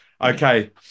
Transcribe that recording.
Okay